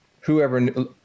whoever